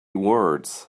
words